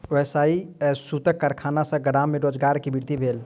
व्यावसायिक सूतक कारखाना सॅ गाम में रोजगार के वृद्धि भेल